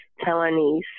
Taiwanese